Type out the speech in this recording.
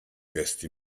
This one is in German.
beste